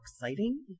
exciting